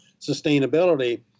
sustainability